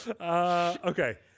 Okay